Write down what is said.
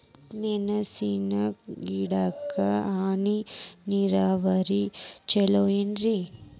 ಮೆಣಸಿನ ಗಿಡಕ್ಕ ಹನಿ ನೇರಾವರಿ ಛಲೋ ಏನ್ರಿ?